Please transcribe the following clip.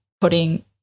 putting